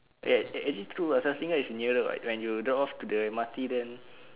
eh eh actually true [what] south singer is nearer [what] when you drop off to the M_R_T then